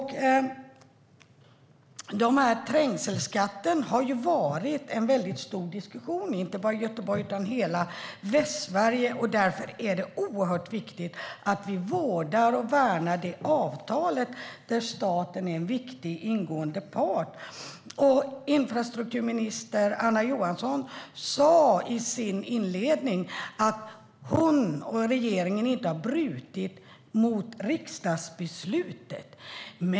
Trängselskatten har det varit en stor diskussion om, inte bara i Göteborg utan i hela Västsverige. Det är viktigt att vi vårdar och värnar det avtal där staten är en viktig ingående part. Infrastrukturminister Anna Johansson sa i sin inledning att hon och regeringen inte har brutit mot riksdagsbeslutet.